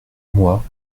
moi